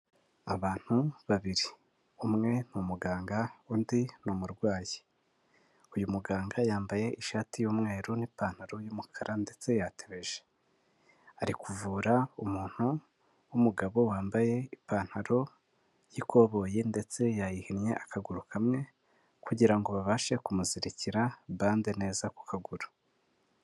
Abantu babiri. Umwe ni umuganga, undi ni umurwayi. Uyu muganga yambaye ishati y'umweru n'ipantaro y'umukara ndetse yatebeje. Ari kuvura umuntu w'umugabo wambaye ipantaro y'ikoboyi ndetse yayihinnye akaguru kamwe kugira ngo babashe kumuzirikira bande neza ku kaguru.